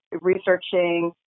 researching